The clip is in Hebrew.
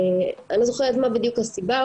אני לא זוכרת מה בדיוק הסיבה,